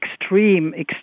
extreme